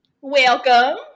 Welcome